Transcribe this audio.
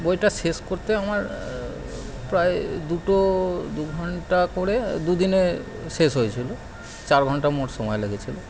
বইটা শেষ করতে আমার প্রায় দুটো দু ঘণ্টা করে দু দিনে শেষ হয়েছিল চার ঘণ্টা মোট সময় লেগেছিল